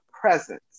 presence